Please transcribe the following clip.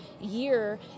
year